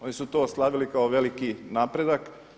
Oni su to slavili kao veliki napredak.